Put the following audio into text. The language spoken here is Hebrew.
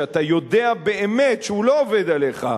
שאתה יודע באמת שהוא לא עובד עליך,